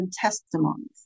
testimonies